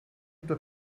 doit